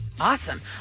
Awesome